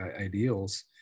ideals